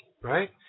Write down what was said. right